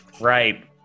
Right